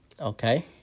Okay